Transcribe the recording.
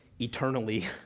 eternally